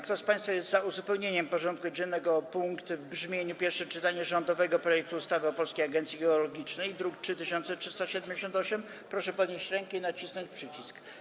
Kto z państwa jest za uzupełnieniem porządku dziennego o punkt w brzmieniu: Pierwsze czytanie rządowego projektu ustawy o Polskiej Agencji Geologicznej, druk nr 3378, proszę podnieść rękę i nacisnąć przycisk.